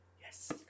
Yes